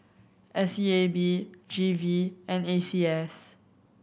S E A B G V and A C S